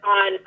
on